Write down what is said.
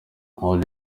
all